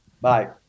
Bye